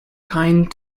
kind